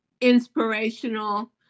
inspirational